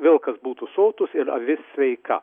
vilkas būtų sotus ir avis sveika